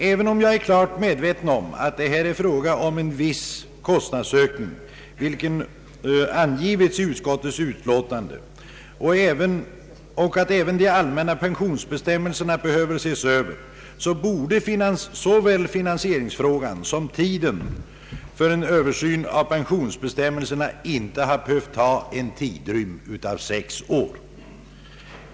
Även om jag är klart medveten om att det här är fråga om en viss kostnadsökning, vilken angivits i utskottets utlåtande, och att även de allmänna pensionsbestämmelserna behöver ses över, så anser jag att finansieringsfrågan och översynen av pensionsbestämmelserna icke borde ha behövt ta en tidrymd av sex år.